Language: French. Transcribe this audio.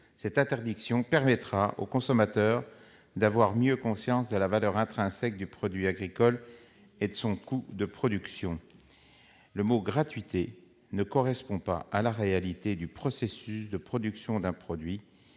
cette interdiction permettra aux consommateurs d'avoir mieux conscience de la valeur intrinsèque du produit agricole et de son coût de production. Le mot « gratuité » ne correspond pas à la réalité du processus de production d'un produit,